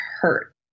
hurt